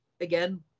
again